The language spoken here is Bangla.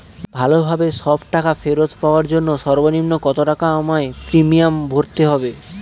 ভালোভাবে সব টাকা ফেরত পাওয়ার জন্য সর্বনিম্ন কতটাকা আমায় প্রিমিয়াম ভরতে হবে?